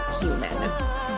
human